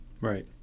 Right